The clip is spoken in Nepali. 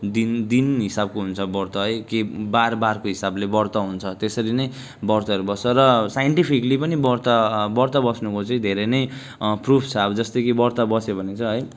दिन दिन हिसाबको हुन्छ व्रत है के बार बारको हिसाबले व्रत हुन्छ त्यसरी नै व्रतहरू बस्छ र साइन्टिफिकली पनि व्रत व्रत बस्नुको चाहिँ धेरै नै प्रुफ छ अब जस्तै कि व्रत बस्यो भने चाहिँ है